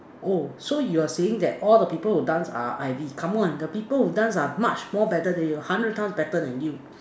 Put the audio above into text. oh so you are saying that all the people who dance are I_V come on the people who dance are much more better than you hundred times better than you